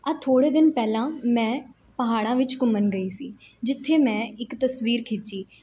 ਆਹ ਥੋੜ੍ਹੇ ਦਿਨ ਪਹਿਲਾਂ ਮੈਂ ਪਹਾੜਾਂ ਵਿੱਚ ਘੁੰਮਣ ਗਈ ਸੀ ਜਿੱਥੇ ਮੈਂ ਇੱਕ ਤਸਵੀਰ ਖਿੱਚੀ